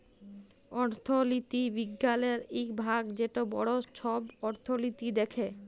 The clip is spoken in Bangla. অথ্থলিতি বিজ্ঞালের ইক ভাগ যেট বড় ছব অথ্থলিতি দ্যাখে